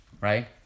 right